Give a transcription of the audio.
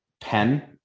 pen